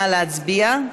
נא להצביע.